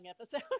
episode